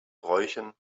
bräuchen